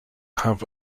have